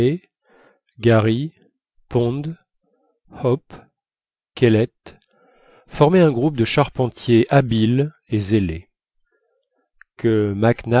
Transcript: garry pond hope kellet formaient un groupe de charpentiers habiles et zélés que